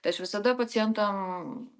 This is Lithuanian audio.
tai aš visada pacientam